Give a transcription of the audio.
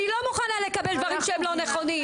אני לא מוכנה לקבל דברים שהם לא נכונים,